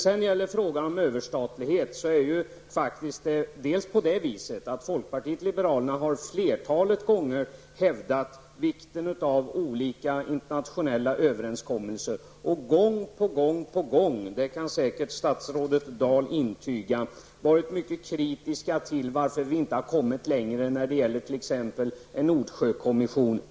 Sedan till frågan om överstatlighet. Folkpartiet liberalerna har flertalet gånger hävdat vikten av olika internationella överenskommelser, och vi har gång på gång -- det kan säkert statsrådet Dahl intyga -- varit mycket kritiska till att vi inte har kommit längre i fråga om t.ex. en Nordsjökommission.